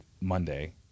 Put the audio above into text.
Monday